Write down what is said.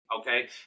Okay